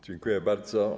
Dziękuję bardzo.